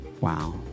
Wow